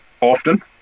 often